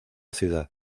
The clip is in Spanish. ciudad